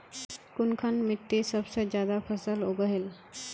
कुनखान मिट्टी सबसे ज्यादा फसल उगहिल?